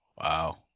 Wow